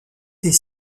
des